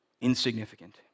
insignificant